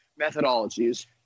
methodologies